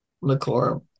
liqueur